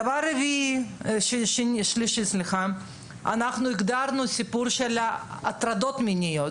דבר נוסף שעשינו הוא הגדרת הסיפור של ההטרדות המיניות.